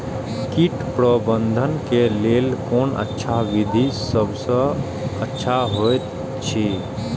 कीट प्रबंधन के लेल कोन अच्छा विधि सबसँ अच्छा होयत अछि?